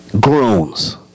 groans